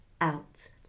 out